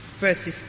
verses